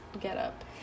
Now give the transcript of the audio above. getup